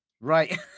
Right